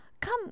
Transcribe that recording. come